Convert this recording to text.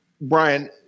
Brian